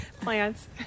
Plants